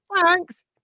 Thanks